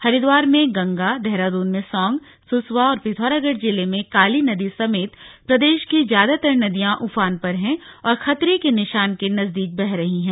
हरिद्वार में गंगा देहरादून में सौंग सूसवा और पिथौरागढ जिले में काली नदी सहित प्रदेश की ज्यादातर नदियां उफान पर हैं और खतरे के निशान के नजदीक बह रही हैं